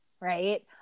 right